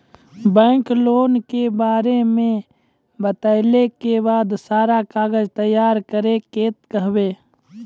Bank loan के बारे मे बतेला के बाद सारा कागज तैयार करे के कहब?